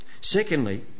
Secondly